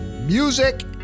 music